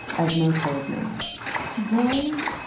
as mo told me today,